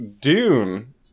Dune